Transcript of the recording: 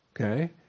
Okay